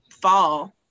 fall